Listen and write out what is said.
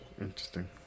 interesting